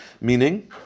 Meaning